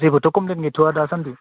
जेबोथ' कमफ्लैन गैथ'वा दासानदि